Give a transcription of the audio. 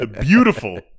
beautiful